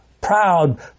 proud